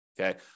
Okay